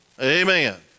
Amen